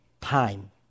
time